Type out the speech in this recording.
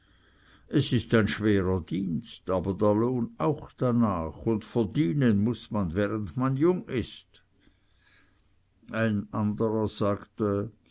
es ist ein schwerer dienst aber der lohn auch darnach und verdienen muß man während man jung ist ein anderer sagte